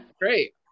great